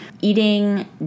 eating